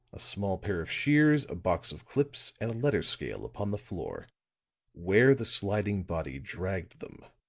a small pair of shears, a box of clips and a letter scale upon the floor where the sliding body dragged them.